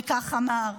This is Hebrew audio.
וכך אמר: